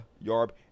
YARB